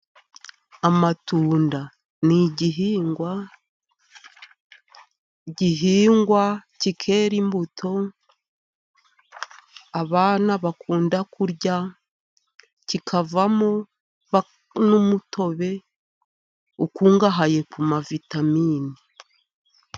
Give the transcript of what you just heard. Amatunda ni igihingwa gihingwa kikera imbuto abana bakunda kurya, kikavamo n'umutobe ukungahaye ku ma vitamine.